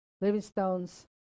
Livingstone's